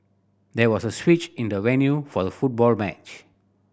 there was a switch in the venue for the football match